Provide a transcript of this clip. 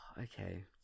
okay